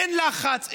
אין לחץ,